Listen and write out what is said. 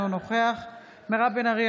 אינו נוכח מירב בן ארי,